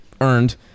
earned